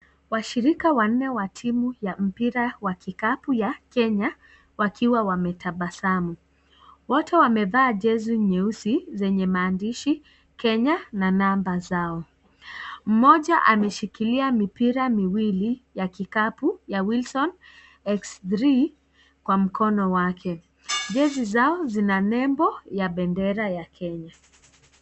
Washirika wanne wa mpira wa kikapu wa timu ya Kenya, wakiwa wametabasamu. Wote wamevaa jezi nyeusi zenye maandishi, Kenya na namba zao. Mmoja ameshikilia mipira miwili, ya kikapu ya Willson x3 kwa mkono wake. Jezi zao zina nembo ya bendera ya kenya.